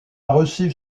reçu